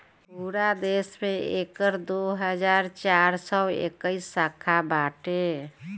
पूरा देस में एकर दो हज़ार चार सौ इक्कीस शाखा बाटे